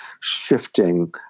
shifting